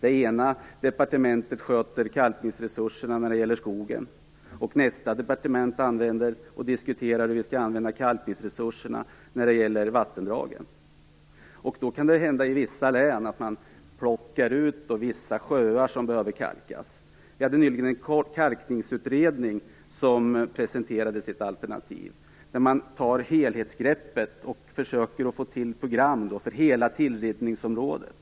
Ett av departementen sköter kalkningsresurserna vad gäller skogen och ett annat motsvarande resurser för vattendragen. I vissa län plockar man ut vissa sjöar som behöver kalkas. En mycket kortvarig kalkningsutredning har presenterat sitt alternativ, nämligen ett helhetsgrepp med försök till program för hela tillrinningsområdet.